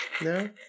no